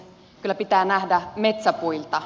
kyllä pitää nähdä metsä puilta